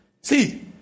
See